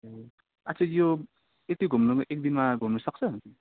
ए आच्छा यो यति घुम्नुमा एक दिनमा घुम्नु सक्छ